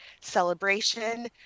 celebration